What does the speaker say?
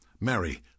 Mary